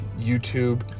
YouTube